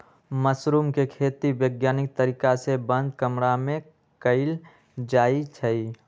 mushroom के खेती वैज्ञानिक तरीका से बंद कमरा में कएल जाई छई